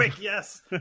Yes